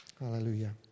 Hallelujah